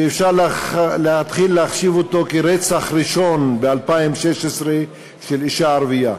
ואפשר להתחיל להחשיב את זה כרצח ראשון ב-2016 של אישה ערבייה.